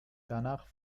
danach